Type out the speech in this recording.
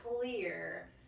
clear